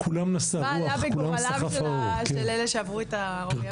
מה עלה בגורלם של אלה שעברו את האוריינות.